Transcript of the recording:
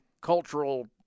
cultural